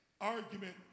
Argument